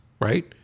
Right